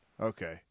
okay